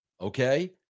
Okay